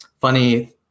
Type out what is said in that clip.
funny